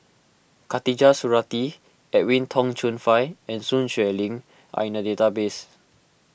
Khatijah Surattee Edwin Tong Chun Fai and Sun Xueling are in the database